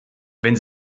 wenn